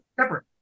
separate